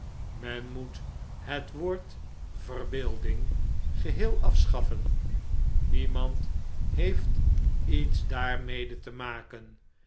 men moet het woord verbeelding geheel afschaffen niemand heeft iets daarmede te maken